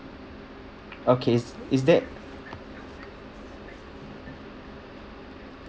okay is is there